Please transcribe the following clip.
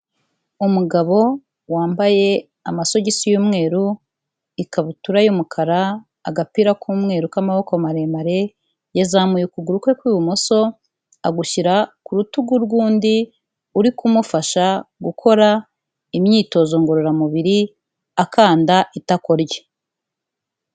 Umugabo wambaye amasogisi y'umweru, ikabutura y'umukara, agapira k'umweru k'amaboko maremare, yazamuye ukuguru kwe kw'ibumoso agushyira ku rutugu rw'undi uri kumufasha gukora imyitozo ngororamubiri, akanda itako rye.